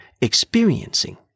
experiencing